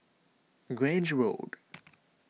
Grange Road